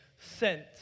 sent